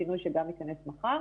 שינוי שגם ייכנס מחר.